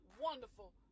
wonderful